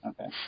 Okay